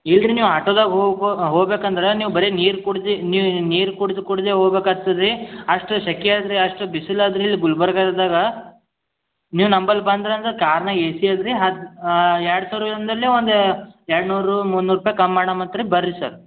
ಇಲ್ರಿ ನೀವು ಆಟೋದಾಗ ಹೋಗ್ಬೇ ಹೋಗಬೇಕಂದ್ರ ನೀವು ಬರೇ ನೀರು ಕುಡ್ದು ನೀವು ನೀರು ಕುಡ್ದು ಕುಡ್ದೇ ಹೋಗ್ಬೇಕಾಗ್ತದೆ ಅಷ್ಟು ಸಕೆ ಅಂದರೆ ಅಷ್ಟು ಬಿಸಿಲಂದರೆ ಗುಲ್ಬರ್ಗಾದಾಗ ನೀವು ನಂಬಲ್ಲ ಬಂದ್ರಿ ಅಂದ್ರೆ ಕಾರ್ನಾಗ ಎಸಿ ಅದು ರೀ ಹಾಕಿ ಎರಡು ಸಾವಿರದ ಒಂದು ಎರಡು ನೂರು ಮುನ್ನೂರು ರೂಪಾಯಿ ಕಮ್ ಮಾಡೋಣ ಮತ್ತು ಬರ್ರಿ ಸರ್